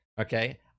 okay